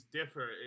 differ